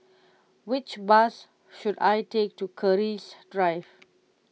which bus should I take to Keris Drive